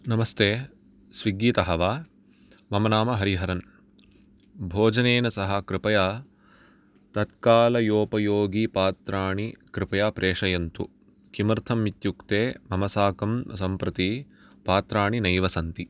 नमस्ते स्विग्गि तः वा मम नाम हरिहरण् भोजनेन सह कृपया तत्कालोयोपयोगी पात्राणि कृपया प्रेषयन्तु किमर्थम् इत्युक्ते मम साकं सम्प्रति पात्राणि नैव सन्ति